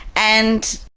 and